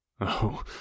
Oh